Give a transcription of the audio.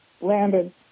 landed